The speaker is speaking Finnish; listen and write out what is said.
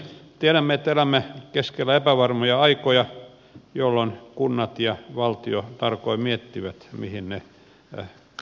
tiedämme että elämme keskellä epävarmoja aikoja jolloin kunnat ja valtio tarkoin miettivät mihin ne panostavat